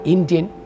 Indian